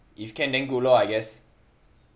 if can then good lor I guess